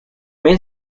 main